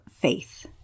faith